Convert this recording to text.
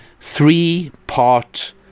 three-part